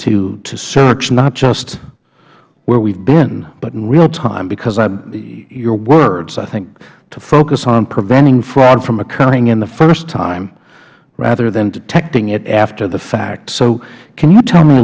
ability to search not just where we have been but in realtime because your words i think to focus on preventing fraud from occurring in the first time rather than detecting it after the fact so can you tell me a